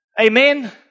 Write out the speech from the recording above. Amen